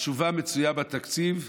התשובה מצויה בתקציב.